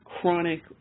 chronic